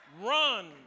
Run